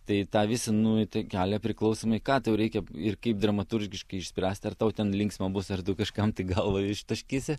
tai tą visą nueitą kelią priklausomai ką tau reikia ir kaip dramaturgiškai išspręsti ar tau ten linksma bus ar tu kažkam tai galvą ištaškysi